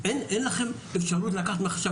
מה, אין לכם אפשרות לקחת הערכות מכרזים?